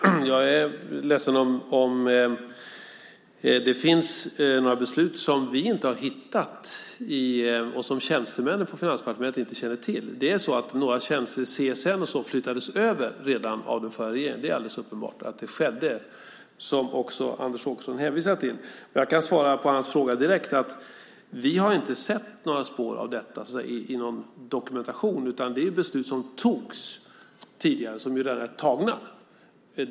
Herr talman! Jag är ledsen om det finns några beslut som vi inte har hittat och som tjänstemännen på Finansdepartementet inte känner till. Några tjänster i CSN och så vidare flyttades över redan av den förra regeringen. Det är alldeles uppenbart att det skedde, och det hänvisade ju också Anders Åkesson till. Jag kan svara på hans fråga direkt: Vi har inte sett några spår av detta i någon dokumentation. Detta är beslut som fattades tidigare, och som alltså redan är fattade.